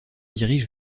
dirige